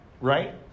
Right